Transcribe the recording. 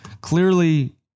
clearly